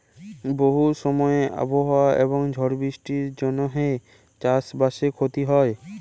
বহু সময় আবহাওয়া এবং ঝড় বৃষ্টির জনহে চাস বাসে ক্ষতি হয়